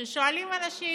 שואלים אנשים: